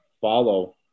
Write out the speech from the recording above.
follow